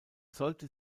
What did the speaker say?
sollte